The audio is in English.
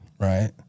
Right